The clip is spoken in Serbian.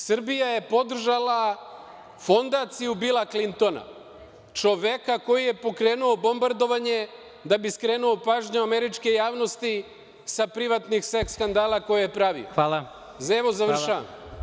Srbija je podržala fondaciju Bila Klintona, čoveka koji je pokrenuo bombardovanje da bi skrenuo pažnju američke javnosti sa privatnih seks skandala koje je pravio. (Predsedavajući: Hvala.) Završavam.